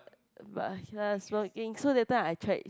but okay lah smoking so that time I tried